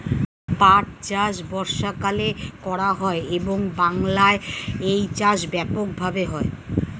পাট চাষ বর্ষাকালে করা হয় এবং বাংলায় এই চাষ ব্যাপক ভাবে হয়